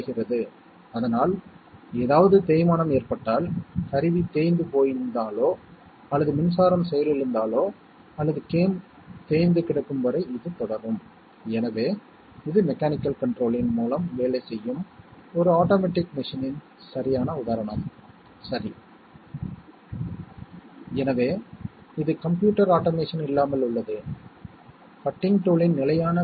3 பிட்களின் கணிதக் கூட்டலைப் பற்றி நாம் சிந்திக்கும் போதெல்லாம் நான் செய்தது என்னவென்றால் நான் அவற்றை வெவ்வேறு சாத்தியமான சேர்க்கைகள் மற்றும் சிலவற்றின் முடிவுகளின் நெடுவரிசைகளில் வைத்தேன் மற்றும் சிலவற்றின் முடிவுகள் மற்றும் கேரிகள் எழுதப்பட்டு 1 ஐக் கொடுக்கும் குறிப்பிட்ட முடிவுகள் ஆனது ஹைலைட் செய்யப்படுகின்றன